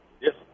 Yes